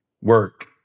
work